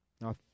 Now